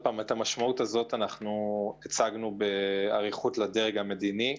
את המשמעות הזו הצגנו באריכות לדרג המדיני.